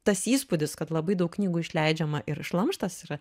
tas įspūdis kad labai daug knygų išleidžiama ir šlamštas yra